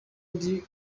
ndi